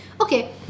okay